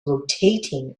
rotating